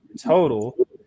total